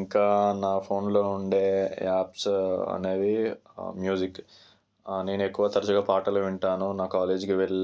ఇంకా నా ఫోన్లో ఉండే యాప్స్ అనేవి మ్యూజిక్ నేను ఎక్కువ తరచుగా పాటలు వింటాను నా కాలేజీకి వెళ్